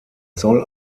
soll